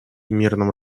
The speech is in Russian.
мирном